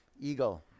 eagle